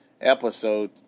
episode